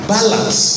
Balance